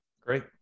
Great